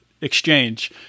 exchange